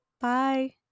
Bye